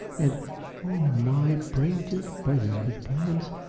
and oh, my brain just buzzes with plans.